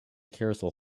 carousel